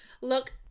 Look